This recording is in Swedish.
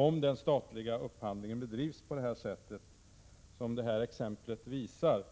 Om den statliga upphandlingen bedrivs på det sätt som det här exemplet visar,